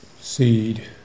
seed